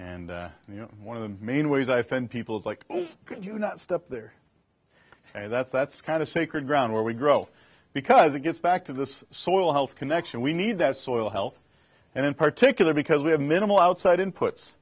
and one of the main ways i find people is like you not step there and that's that's kind of sacred ground where we grow because it gets back to this soil health connection we need that soil health and in particular because we have minimal outside inputs